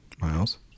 Miles